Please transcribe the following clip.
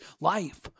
life